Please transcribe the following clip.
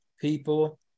people